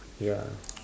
ya